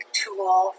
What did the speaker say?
tool